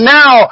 now